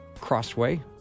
Crossway